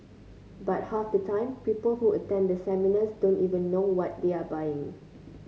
but half the time people who attend the seminars don't even know what they are buying